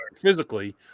physically